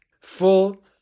Full